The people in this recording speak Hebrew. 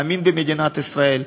להאמין במדינת ישראל.